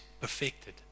perfected